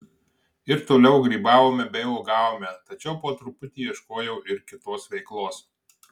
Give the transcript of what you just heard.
ir toliau grybavome bei uogavome tačiau po truputį ieškojau ir kitos veiklos